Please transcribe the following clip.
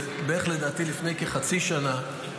בערך לדעתי לפני כחצי שנה,